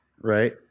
right